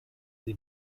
sie